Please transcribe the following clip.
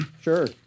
sure